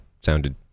sounded